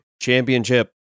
Championship